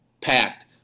packed